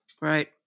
Right